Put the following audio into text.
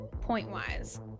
point-wise